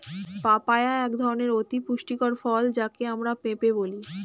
papaya এক ধরনের অতি পুষ্টিকর ফল যাকে আমরা পেঁপে বলি